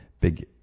big